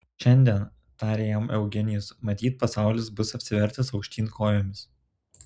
šiandien tarė jam eugenijus matyt pasaulis bus apsivertęs aukštyn kojomis